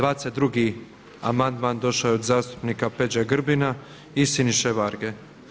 22. amandman došao je od zastupnika Peđe Grbina i Siniše Varge.